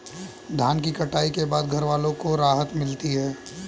धान की कटाई के बाद घरवालों को राहत मिलती है